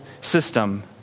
system